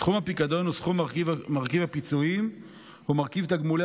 סכום הפיקדון הוא סכום מרכיב הפיצויים ומרכיב תגמולי